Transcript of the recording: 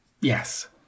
Yes